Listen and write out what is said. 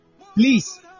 please